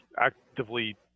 actively